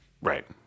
right